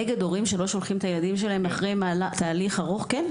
אחרי תהליך ארוך כן.